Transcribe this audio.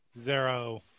Zero